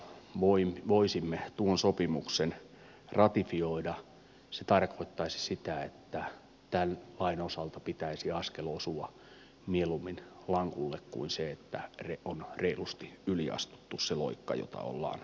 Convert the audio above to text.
jotta voisimme tuon sopimuksen ratifioida se tarkoittaisi sitä että tämän lain osalta pitäisi askelen osua mieluummin lankulle kuin että on reilusti yliastuttu se loikka jota ollaan tekemässä